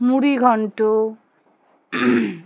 মুড়িঘণ্ট